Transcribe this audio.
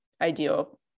ideal